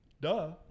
duh